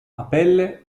apelle